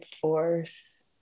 force